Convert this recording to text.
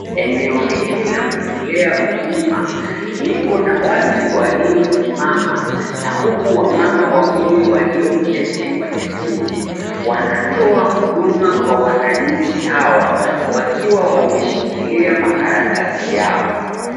Eneo hili la kutolea huduma liko na watu walio simama na huku wamama wawili walioketi kwenye viti wanatoa huduma kwa wananchi hawa wakiwa wameshikilia makaratasi yao.